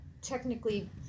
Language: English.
technically